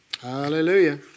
Hallelujah